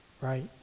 right